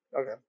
Okay